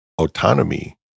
autonomy